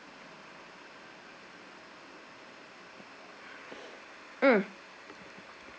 mm